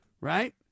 Right